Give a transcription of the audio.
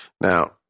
Now